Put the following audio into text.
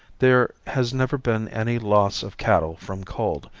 there has never been any loss of cattle from cold,